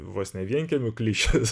vos ne vienkiemių klišes